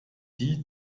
die